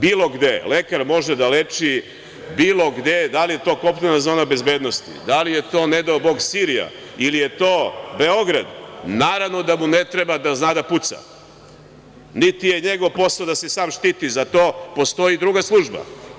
Bilo gde lekar može da leči, bilo gde, da li je to kopnena zona bezbednosti, da li je to, ne dao bog, Sirija ili je to Beograd, naravno da mu ne treba da zna da puca, niti je njegov posao da se sam štiti, za to postoji druga služba.